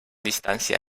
distància